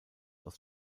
aus